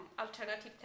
alternative